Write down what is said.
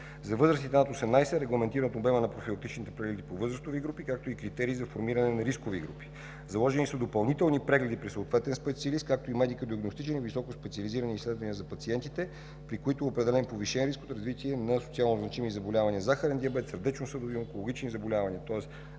За възрастните над 18 години е регламентиран обемът на профилактичните прегледи по възрастови групи, както и критериите за формиране на рисковите групи. Заложени са допълнителни прегледи при съответен специалист, както и медико-диагностични и високоспециализирани изследвания за пациентите, при които е определен повишен риск от развитие на социално-значими заболявания – захарен диабет, сърдечно-съдови и някои онкологични заболявания, тоест